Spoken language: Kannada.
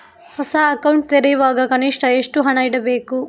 ಹೊಸ ಅಕೌಂಟ್ ತೆರೆಯುವಾಗ ಕನಿಷ್ಠ ಎಷ್ಟು ಹಣ ಇಡಬೇಕು?